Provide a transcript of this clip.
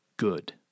good